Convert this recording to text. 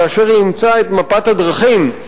כאשר היא אימצה את מפת הדרכים,